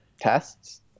tests